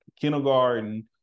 kindergarten